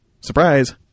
Surprise